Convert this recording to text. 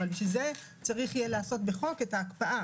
אבל בשביל זה צריך יהיה לעשות בחוק את ההקפאה.